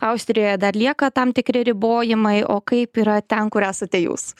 austrijoje dar lieka tam tikri ribojimai o kaip yra ten kur esate jūs